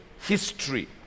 history